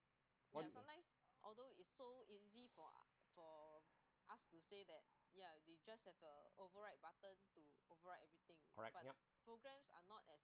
!oi! correct yup